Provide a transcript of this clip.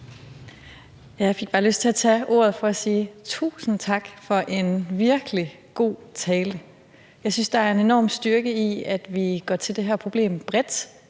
Jeg fik bare lyst til at tage ordet for at sige tusind tak for en virkelig god tale. Jeg synes, der er en enorm styrke i, at vi går til det her problem bredt